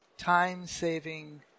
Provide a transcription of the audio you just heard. Time-saving